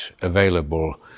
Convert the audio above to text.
available